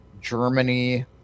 germany